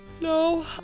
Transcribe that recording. No